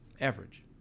average